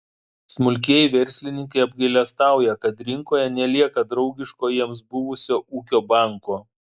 smulkieji verslininkai apgailestauja kad rinkoje nelieka draugiško jiems buvusio ūkio banko